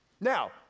Now